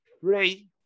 three